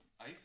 ice